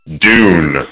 Dune